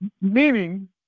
Meaning